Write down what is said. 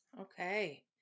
Okay